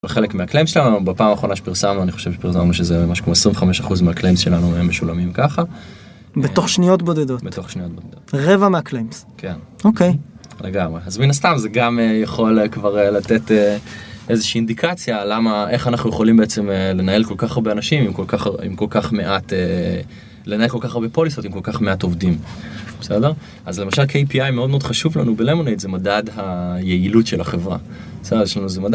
חלק מהקליימס שלנו, בפעם האחרונה שפרסמנו, אני חושב שפרסמנו שזה משהו כמו 25% מהקליימס שלנו, מהם משולמים ככה. בתוך שניות בודדות? בתוך שניות בודדות. רבע מהקליימס? כן. אוקיי. לגמרי. אז מן הסתם זה גם יכול כבר לתת איזושהי אינדיקציה, למה, איך אנחנו יכולים בעצם לנהל כל כך הרבה אנשים, עם כל כך מעט, לנהל כל כך הרבה פוליסות עם כל כך מעט עובדים. בסדר? אז למשל, KPI מאוד מאוד חשוב לנו בלמונייד, זה מדד היעילות של החברה. בסדר? יש לנו איזה מדד.